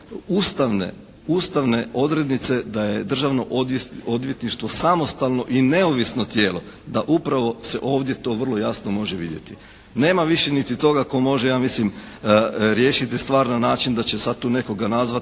ustavne odrednice da je Državno odvjetništvo samostalno i neovisno tijelo da upravo se ovdje to vrlo jasno može vidjeti. Nema više niti toga tko može ja mislim riješiti stvar na način da će sad tu nekoga nazvati